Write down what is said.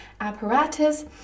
apparatus